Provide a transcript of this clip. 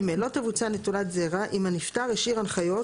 (ג) לא תבוצע נטילת זרע אם הנפטר השאיר הנחיות